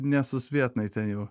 nesusvietnai ten jau